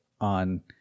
on